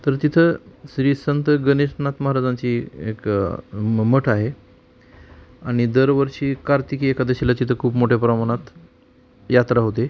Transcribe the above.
तर तिथं श्रीसंत गणेशनाथ महाराजांची एक म मठ आहे आणि दरवर्षी कार्तिकी एकादशीला तिथं खूप मोठ्या प्रमाणात यात्रा होते